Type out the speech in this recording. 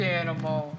animal